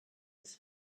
was